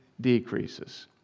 decreases